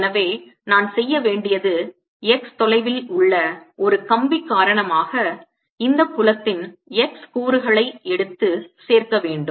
எனவே நான் செய்ய வேண்டியது x தொலைவில் உள்ள ஒரு கம்பி காரணமாக இந்த புலத்தின் x கூறுகளை எடுத்து சேர்க்க வேண்டும்